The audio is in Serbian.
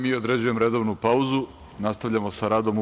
Sada određujem redovnu pauzu i nastavljamo sa radom u